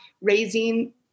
raising